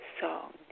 song